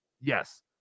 Yes